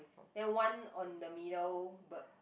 then one on the middle bird